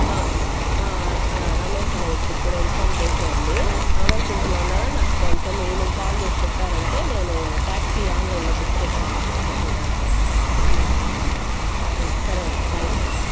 ఆ ఆ ఆ రమేష్ అనే వ్యక్తికి కూడా ఇన్ఫామ్ చేసేయండి అవైలబిల్టీ లో ఉన్నాడా నాకొంచం ఈవినింగ్ కాల్ చేసి చెప్పారంటే నేను ట్యాక్సీ ఆన్లైన్ లో బుక్ చేసేస్తాను మీ దాంట్లో సరే అండి థ్యాంక్స్ అండి